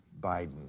Biden